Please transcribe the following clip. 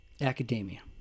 Academia